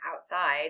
outside